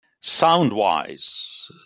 Sound-wise